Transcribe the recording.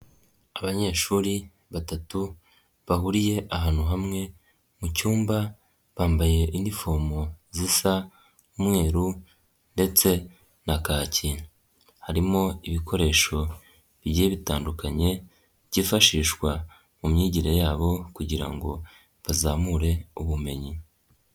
Abanyeshuri batatu bahuriye ahantu hamwe mu cyumba, bambaye inifomu zisa umweru ndetse na kaki, harimo ibikoresho bigiye bitandukanye, byifashishwa mu myigire yabo kugira ngo bazamure ubumenyi.